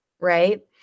right